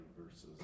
versus